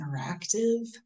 interactive